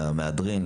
למהדרין,